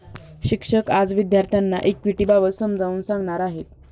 शिक्षक आज विद्यार्थ्यांना इक्विटिबाबत समजावून सांगणार आहेत